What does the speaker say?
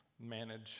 manage